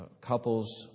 couples